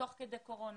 תוך כדי קורונה,